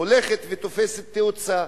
הולכת ותופסת תאוצה.